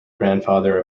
grandfather